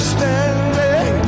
Standing